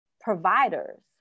providers